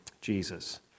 Jesus